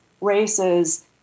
races